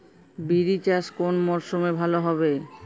বিরি চাষ কোন মরশুমে ভালো হবে?